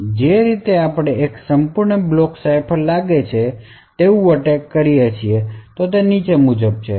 તેથી જે રીતે આપણે એક સંપૂર્ણ બ્લોક સાઇફર લાગે છે તેવું એટેક કરીએ છીએ તો તે નીચે મુજબ છે